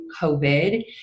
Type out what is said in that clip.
COVID